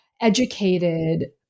educated